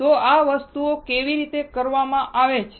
તો આ વસ્તુઓ કેવી રીતે કરવામાં આવે છે